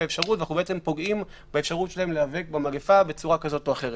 האפשרות ושאנחנו פוגעים באפשרות שלהם להיאבק במגפה בצורה כזאת או אחרת.